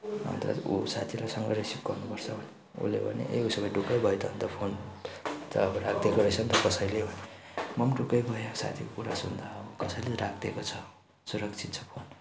अन्त ऊ साथीसँग रिसिभ गर्नुपर्छ भनेँ उसले भन्यो ए उसो भए ढुक्कै भयो त अन्त फोन त अब राखिदिएको रहेछ नि त कसैले म पनि ढुक्कै भएँ साथीको कुरा सुन्दा अब कसैले राखिदिएको छ सुरक्षित छ फोन